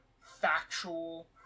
factual